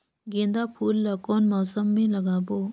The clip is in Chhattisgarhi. गेंदा फूल ल कौन मौसम मे लगाबो?